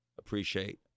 appreciate